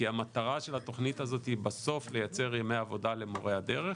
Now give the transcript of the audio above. כי המטרה של התכנית הזאת היא בסוף לייצר ימי עבודה למורי הדרך,